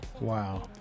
wow